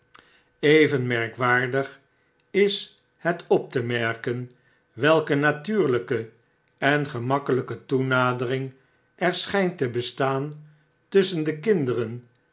leveneven merkwaardig is het op te merken welke natuurlyke en gemakkelyketoenaderingerschynt te bestaan tusschen de kinderen